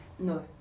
No